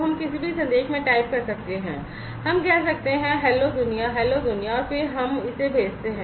हम किसी भी संदेश में टाइप कर सकते हैं हम कह सकते हैं हैलो दुनिया हैलो दुनिया और फिर हम इसे भेजते हैं